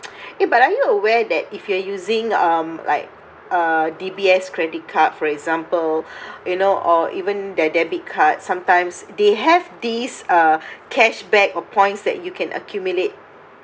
eh but are you aware that if you are using um like a D_B_S credit card for example you know or even their debit card sometimes they have these uh cashback or points that you can accumulate